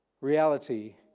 reality